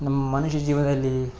ನಮ್ಮ ಮನುಷ್ಯ ಜೀವನದಲ್ಲಿ